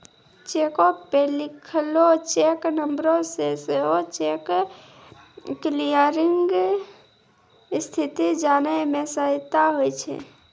चेको पे लिखलो चेक नंबरो से सेहो चेक क्लियरिंग स्थिति जाने मे सहायता होय छै